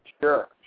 Sure